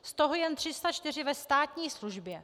Z toho jen 304 ze státní službě.